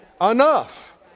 enough